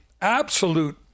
absolute